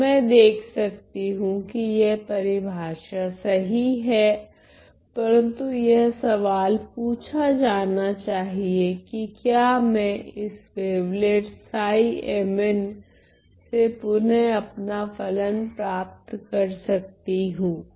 तो मैं देख सकती हूँ कि यह परिभाषा सही हैं परंतु यह सवाल पूछा जाना चाहिए कि क्या मैं इस वेवलेट्स से पुनः अपना फलन प्राप्त कर सकती हूँ